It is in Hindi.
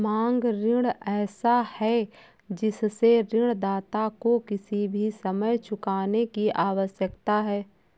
मांग ऋण ऐसा है जिससे ऋणदाता को किसी भी समय चुकाने की आवश्यकता है